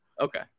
okay